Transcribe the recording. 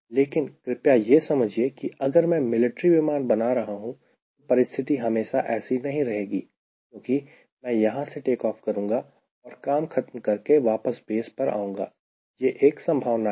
लेकिन कृपया यह समझिए कि अगर मैं मिलिट्री विमान बना रहा हूं तो परिस्थिति हमेशा ऐसे नहीं रहेगी क्योंकि मैं यहां से टेक ऑफ करूगां और काम खत्म करके वापस बेस पर आऊंगा यह एक संभावना है